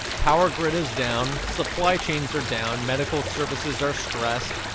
power grid is down, supply chains are down, medical services are stressed.